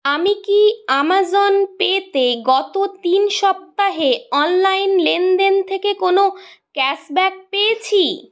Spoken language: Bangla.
আমি কি আমাজন পেতে গত তিন সপ্তাহে অনলাইন লেনদেন থেকে কোনও ক্যাশব্যাক পেয়েছি